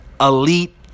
elite